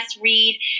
read